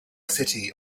city